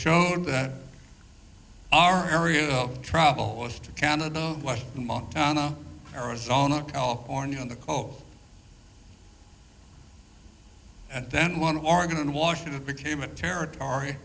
showed that our area of travel was to canada and montana arizona california in the cold and then one oregon and washington became a territory